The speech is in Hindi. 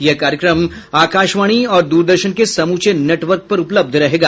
यह कार्यक्रम आकाशवाणी और दूरदर्शन के समूचे नेटवर्क पर उपलब्ध रहेगा